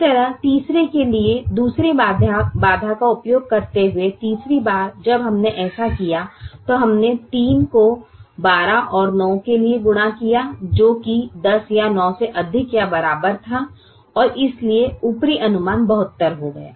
इसी तरह तीसरे के लिए दूसरी बाधा का उपयोग करते हुए तीसरी बार जब हमने ऐसा किया तो हमने 3 को 12 और 9 के लिए गुणा किया जो कि 10 या 9 से अधिक या बराबर था और इसलिए ऊपरी अनुमान 72 हो गया